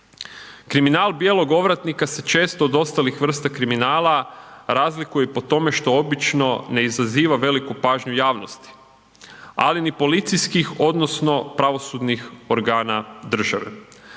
Kriminal bijelog ovratnika se često od ostalih vrsta kriminala razlikuje i po tome što obično ne izaziva veliku pažnju javnosti, ali ni policijskih odnosno pravosudnih organa države.